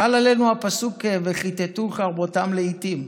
חל עלינו הפסוק "וכִתתו חרבותם לאִתים"